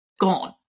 gone